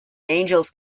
angels